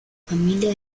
familia